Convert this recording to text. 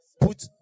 Put